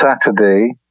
Saturday